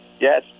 yes